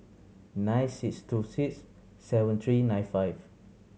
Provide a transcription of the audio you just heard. nine six two six seven three nine five